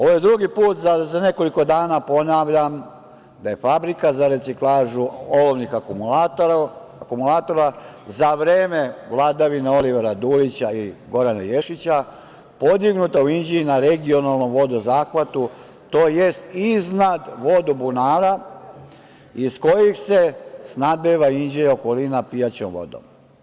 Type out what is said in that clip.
Ovo drugi put za nekoliko dana ponavljam, da je Fabrika za reciklažu olovnih akumulatora za vreme vladavine Olivera Dulića i Gorana Ješića podignuta u Inđiji na regionalnom vodozahvatu, tj. iznad vodobunara iz kojih se snabdeva Inđija i okolina pijaćom vodom.